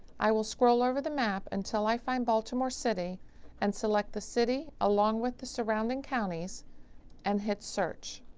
i will scroll over the map until i find baltimore city and select the city along with the surrounding counties and hit search